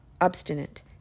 obstinate